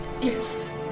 Yes